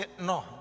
no